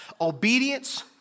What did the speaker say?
Obedience